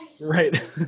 Right